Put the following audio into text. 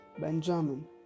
Benjamin